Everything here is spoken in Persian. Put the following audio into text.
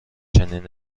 چنین